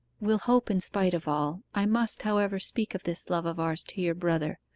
we'll hope in spite of all. i must, however, speak of this love of ours to your brother.